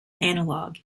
analog